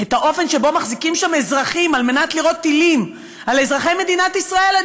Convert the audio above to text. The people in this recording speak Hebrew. את האופן שבו מחזיקים שם אזרחים כדי לירות טילים על אזרחי מדינת ישראל.